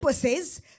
says